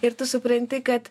ir tu supranti kad